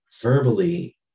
verbally